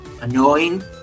annoying